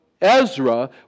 Ezra